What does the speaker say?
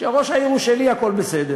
כשראש העיר הוא שלי, הכול בסדר.